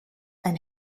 ein